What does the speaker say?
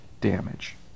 damage